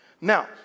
Now